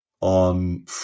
on